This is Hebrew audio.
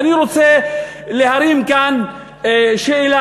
אני רוצה להרים כאן שאלה,